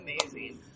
amazing